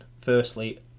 Firstly